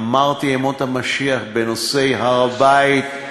אמרתי ימות המשיח בנושא הר-הבית,